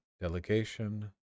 delegation